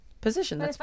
position